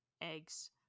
eggs